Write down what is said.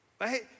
right